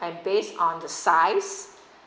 and based on the size